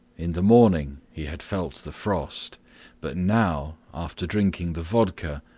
in the morning he had felt the frost but now, after drinking the vodka,